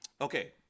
okay